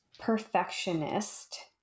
perfectionist